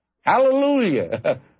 Hallelujah